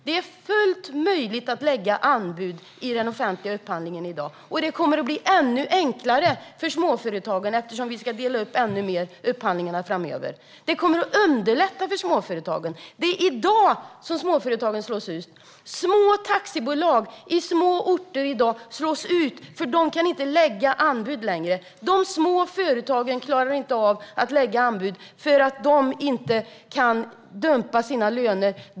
Det är fullt möjligt att lägga anbud i den offentliga upphandlingen i dag, och det kommer att bli ännu enklare för småföretagen. Vi ska nämligen dela upp upphandlingarna ännu mer framöver, vilket kommer att underlätta för småföretagen. Det är i dag småföretagen slås ut. Små taxibolag på små orter slås ut eftersom de inte längre kan lägga anbud. De små företagen klarar inte av att lägga anbud eftersom de inte kan dumpa sina löner.